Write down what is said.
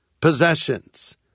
possessions